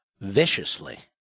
viciously